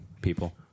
people